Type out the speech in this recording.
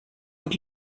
und